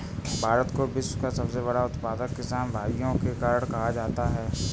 भारत को विश्व का सबसे बड़ा उत्पादक किसान भाइयों के कारण कहा जाता है